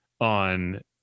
on